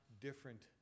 different